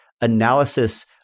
analysis